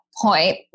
point